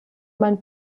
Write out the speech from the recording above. man